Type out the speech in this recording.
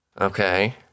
Okay